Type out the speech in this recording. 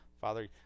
Father